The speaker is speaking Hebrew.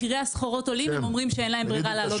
מחירי הסחורות עולים הם אומרים שאין להם ברירה לעלות מחירים.